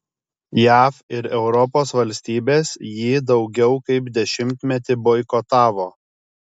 jav ir europos valstybės jį daugiau kaip dešimtmetį boikotavo